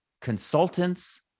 consultants